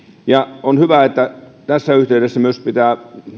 on hyvä ja tässä yhteydessä myös pitää